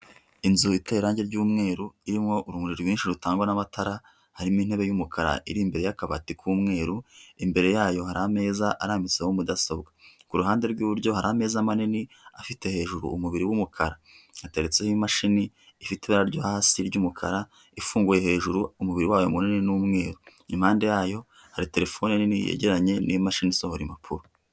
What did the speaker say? Inzu iteye irangi ry'umweru irimo urumuri rwinshi rutangwa n'amatara. Harimo intebe y'umukara iri imbere y'akabati k'umweru, imbere yayo hari ameza arambitseho mudasobwa. Ku ruhande rw'iburyo hari ameza manini afite hejuru umubiri w'umukara, ateretseho imashini ifite ibara ryo hasi ry'umukara. Ifunguye hejuru umubiri wayo munini n'umweru impande yayo hari terefone nini yegeye n'imashini isohora impapuro.